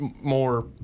more